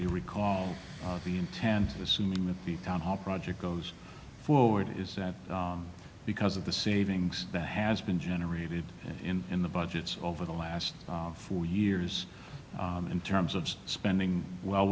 you recall the intent of assuming that the town hall project goes forward is that because of the savings that has been generated in in the budgets over the last four years in terms of spending well